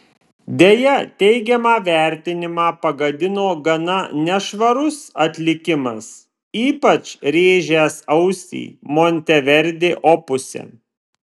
deja teigiamą vertinimą pagadino gana nešvarus atlikimas ypač rėžęs ausį monteverdi opuse